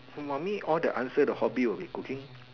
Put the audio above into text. for me the answer the hobby will be cooking